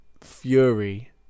Fury